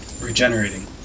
regenerating